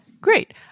Great